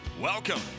Welcome